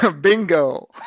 Bingo